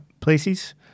places